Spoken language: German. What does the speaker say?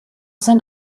sein